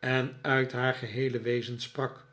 en uit haar geheele wezen sprak